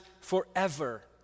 forever